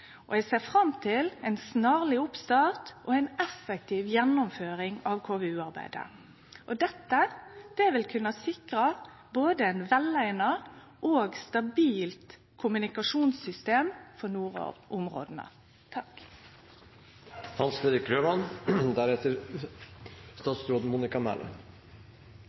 og eg ser fram til ein snarleg oppstart og ei effektiv gjennomføring av KVU-arbeidet. Dette vil kunne sikre eit både veleigna og stabilt kommunikasjonssystem for